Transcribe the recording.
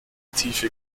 tiefe